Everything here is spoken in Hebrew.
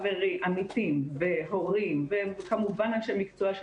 עמיתים והורים וכמובן אנשי מקצוע,